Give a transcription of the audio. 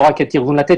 לא רק את ארגון לתת,